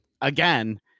again